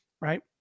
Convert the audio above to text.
right